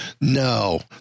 No